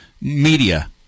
media